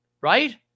right